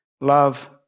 Love